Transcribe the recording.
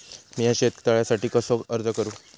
मीया शेत तळ्यासाठी कसो अर्ज करू?